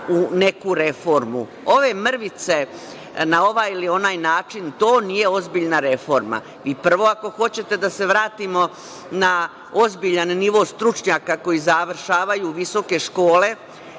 u neku reformu. Ove mrvice, na ovaj ili onaj način, to nije ozbiljna reforma. Prvo, ako hoćete da se vratimo na ozbiljan nivo stručnjaka koji završavaju visoke škole,